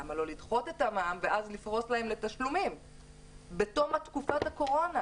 למה לא לדחות את המע"מ ואז לפרוש להם לתשלומים בתום תקופת הקורונה?